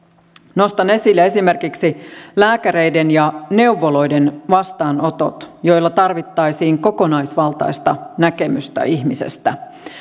nostan esille esimerkiksi lääkäreiden ja neuvoloiden vastaanotot joilla tarvittaisiin kokonaisvaltaista näkemystä ihmisestä